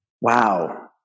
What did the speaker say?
Wow